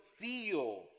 feel